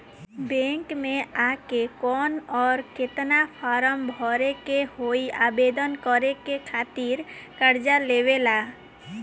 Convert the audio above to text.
Bank मे आ के कौन और केतना फारम भरे के होयी आवेदन करे के खातिर कर्जा लेवे ला?